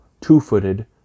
two-footed